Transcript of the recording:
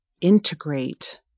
integrate